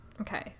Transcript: Okay